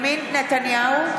נתניהו,